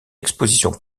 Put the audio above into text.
exposition